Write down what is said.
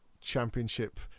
championship